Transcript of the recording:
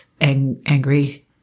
angry